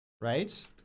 right